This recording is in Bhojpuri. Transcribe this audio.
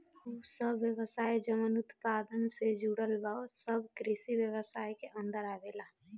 उ सब व्यवसाय जवन उत्पादन से जुड़ल बा सब कृषि व्यवसाय के अन्दर आवेलला